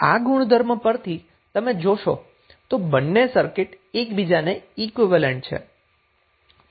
હવે આ ગુણધર્મ પરથી જો તમે જોશો તો બંને સર્કિટ એકબીજાને ઈક્વીવેલેન્ટ છે